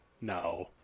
No